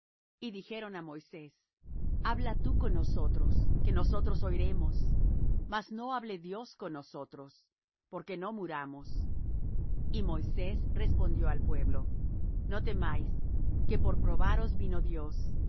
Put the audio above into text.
y dijeron á moisés habla tú con nosotros que nosotros oiremos mas no hable dios con nosotros porque no muramos y moisés respondió al pueblo no temáis que por probaros vino dios